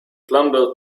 plumber